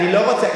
אני לא רוצה,